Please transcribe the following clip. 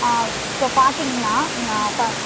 ஆ இப்போ பார்த்தீங்கன்னா நான் ப